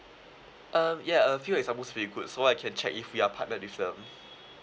um yeah a few examples will be good so I can check if we are partnered with them